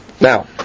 Now